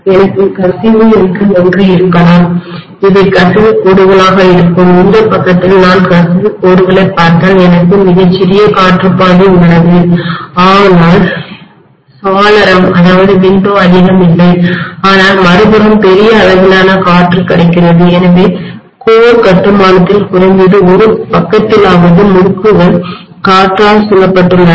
எனக்கு கசிவு என்று ஒன்று இருக்கலாம் இவை கசிவு கோடுகளாக இருக்கும் இந்த பக்கத்தில் நான் கசிவு கோடுகளைப் பார்த்தால் எனக்கு மிகச் சிறிய காற்றுப் பாதை உள்ளது ஆனால் சாளரம் விண்டோ அதிகம் இல்லை ஆனால் மறுபுறம் பெரிய அளவிலான காற்று கிடைக்கிறது எனவே கோர் கட்டுமானத்தில் குறைந்தது ஒரு பக்கத்திலாவது முறுக்குகள் காற்றால் சூழப்பட்டுள்ளன